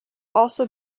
also